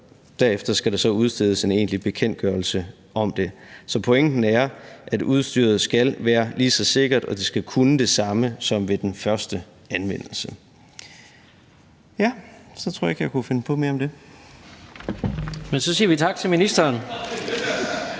Derefter skal der så udstedes en egentlig bekendtgørelse om det. Så pointen er, at udstyret skal være lige så sikkert, og det skal kunne det samme som ved den første anvendelse.